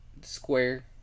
square